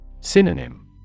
Synonym